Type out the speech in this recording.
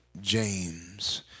James